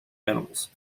animals